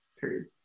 period